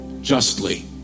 justly